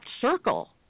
circle